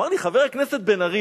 אמר לי: חבר הכנסת בן-ארי,